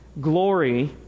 glory